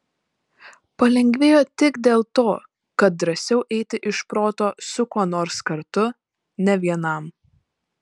palengvėjo tik dėl to kad drąsiau eiti iš proto su kuo nors kartu ne vienam